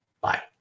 bye